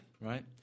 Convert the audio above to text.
right